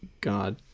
god